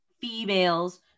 females